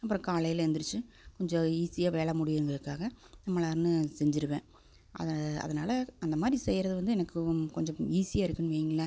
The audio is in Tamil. அப்புறம் காலையில எந்திரிச்சு கொஞ்சம் ஈசியாக வேலை முடியுங்கிறக்காக எல்லாமே செஞ்சுருவேன் அது அதனால் அந்த மாதிரி செய்யறது வந்து எனக்கு கொஞ்சம் ஈசியாக இருக்குன்னு வைங்களேன்